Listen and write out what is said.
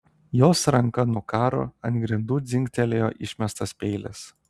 jos ranka nukaro ant grindų dzingtelėjo išmestas peilis